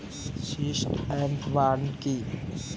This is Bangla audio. স্লাস এন্ড বার্ন কি?